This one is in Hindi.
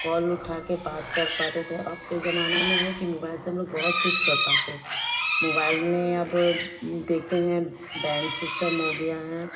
कॉल उठाकर बात कर पाते थे अब के ज़माने में है कि मोबाइल से हम लोग बहुत कुछ कर पाते हैं मोबाइल में अब बैंक सिस्टम हो गया है